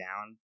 down